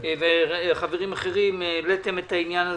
וחברים אחרים העליתם את העניין הזה,